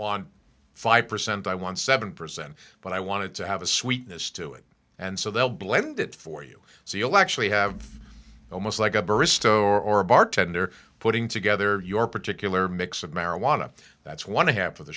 want five percent i want seven percent but i wanted to have a sweetness to it and so they'll blend it for you so you'll actually have almost like a barista or a bartender putting together your particular mix of marijuana that's one half of the